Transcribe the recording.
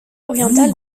orientale